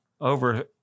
Over